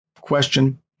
question